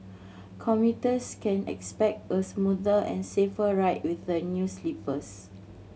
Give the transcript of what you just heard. commuters can expect a smoother and safer ride with the new sleepers